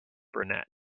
brunette